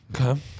Okay